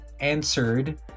answered